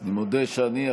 אני מודה שאני,